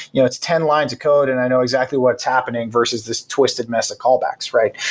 you know, it's ten lines of code and i know exactly what's happening versus this twisted mess of callbacks, right?